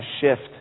shift